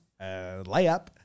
layup